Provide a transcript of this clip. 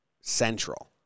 Central